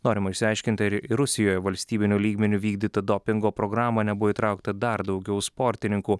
norima išsiaiškinti ar į rusijoje valstybiniu lygmeniu vykdytą dopingo programą nebuvo įtraukta dar daugiau sportininkų